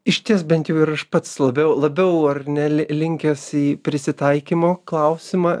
išties bent jau ir aš pats labiau labiau ar ne li linkęs į prisitaikymo klausimą